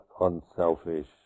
unselfish